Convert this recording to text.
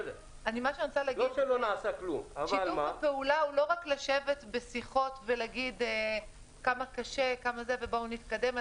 שיתוף הפעולה הוא לא רק לשבת בשיחות ולהגיד כמה קשה ובואו נתקדם,